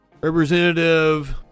Representative